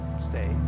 stay